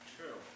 True